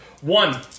One